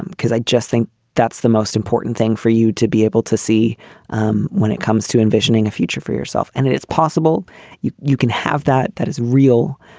and cause i just think that's the most important thing for you to be able to see um when it comes to envisioning a future for yourself. and it's possible you you can have that. that is real.